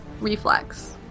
reflex